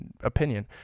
opinion